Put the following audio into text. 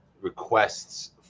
requests